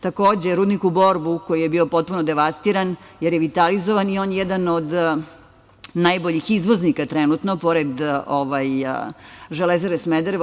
Takođe, rudnik u Boru koji je bio potpuno devastiran je revitalizovan i on je jedan od najboljih izvoznika trenutno, pored „Železare Smederevo“